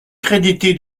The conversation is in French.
crédité